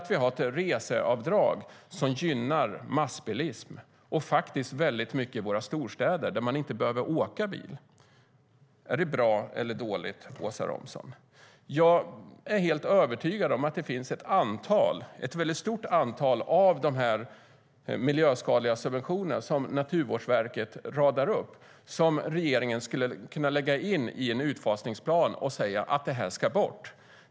Vi har ett reseavdrag som gynnar massbilism, dessutom till stor del i våra storstäder där man inte behöver åka bil. Är det bra eller dåligt, Åsa Romson? Det finns ett stort antal miljöskadliga subventioner som Naturvårdsverket radar upp och som jag är helt övertygad om att regeringen skulle kunna lägga in i en utfasningsplan och säga att de ska bort.